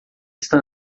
está